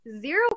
zero